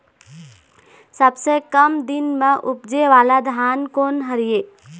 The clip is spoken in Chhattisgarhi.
सबसे कम दिन म उपजे वाला धान कोन हर ये?